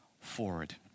forward